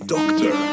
Doctor